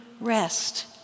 rest